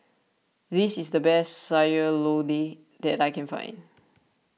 this is the best Sayur Lodeh that I can find